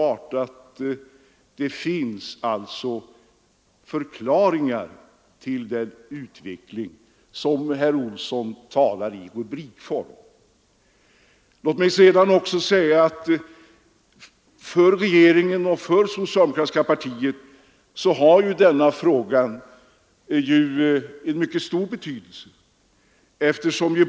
Det finns olika skäl till den utveckling som herr Olsson anger i rubrikform. Låt mig vidare säga att för regeringen och för det socialdemokratiska partiet är bostadsfrågan en central fråga.